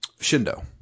Shindo